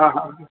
હા હા